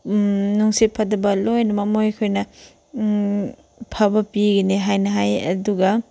ꯅꯨꯡꯁꯤꯠ ꯐꯠꯇꯕ ꯂꯣꯏꯅꯃꯛ ꯃꯣꯏ ꯈꯣꯏꯅ ꯐꯕ ꯄꯤꯒꯅꯤ ꯍꯥꯏꯅ ꯍꯥꯏꯌꯦ ꯑꯗꯨꯒ